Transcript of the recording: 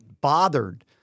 bothered